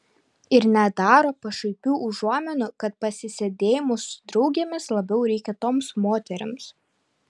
ir nedaro pašaipių užuominų kad pasisėdėjimų su draugėmis labiau reikia toms moterims